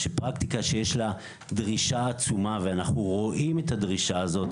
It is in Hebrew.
פרקטיקה שיש לה דרישה עצומה ואנחנו רואים את הדרישה הזאת,